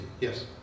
Yes